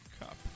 Cup